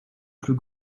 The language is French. plus